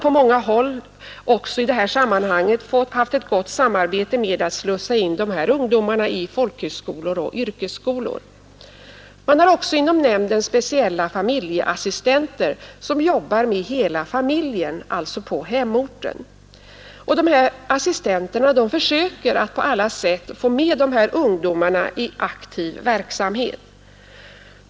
På många håll har man i detta sammanhang även fått till stånd ett gott samarbete med folkhögskolor och yrkesskolor, som dessa ungdomar slussas in i. Man har också inom nämnden speciella familjeassistenter som på hemorten jobbar med hela familjen. Dessa assistenter försöker på alla sätt få med ungdomarna i någon aktiv verksamhet.